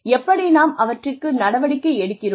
எப்படி நாம் அவற்றிற்கு நடவடிக்கை எடுக்கிறோம்